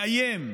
לאיים,